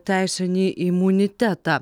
teisinį imunitetą